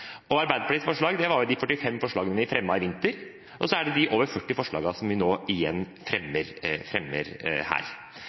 er Arbeiderpartiets forslag. Arbeiderpartiets forslag er jo de 45 forslagene vi fremmet i vinter, og så er det de over 45 forslagene som vi nå